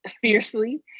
fiercely